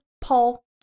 Paul